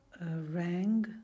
rang